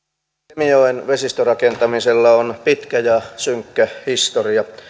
kemijoen vesistörakentamisella on pitkä ja synkkä historia